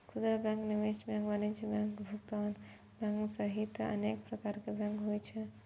खुदरा बैंक, निवेश बैंक, वाणिज्यिक बैंक, भुगतान बैंक सहित अनेक प्रकारक बैंक होइ छै